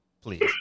please